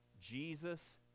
Jesus